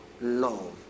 love